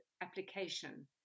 application